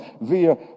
via